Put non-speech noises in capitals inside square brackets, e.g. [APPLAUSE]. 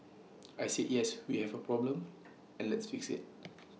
I said yes we have A problem and let's fix IT [NOISE]